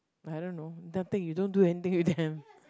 I don't know nothing you don't do anything with them